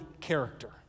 character